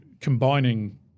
combining